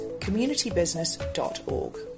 communitybusiness.org